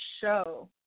show